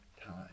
time